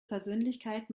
persönlichkeit